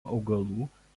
augalų